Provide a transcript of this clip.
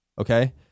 Okay